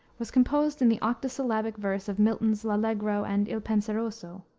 was composed in the octosyllabic verse of milton's l'allegro and il penseroso.